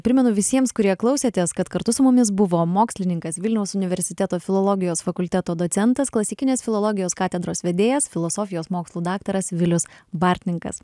primenu visiems kurie klausėtės kad kartu su mumis buvo mokslininkas vilniaus universiteto filologijos fakulteto docentas klasikinės filologijos katedros vedėjas filosofijos mokslų daktaras vilius bartninkas